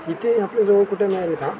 इथे आपल्या जवळ कुठे मिळेल का